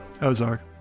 Ozark